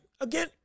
again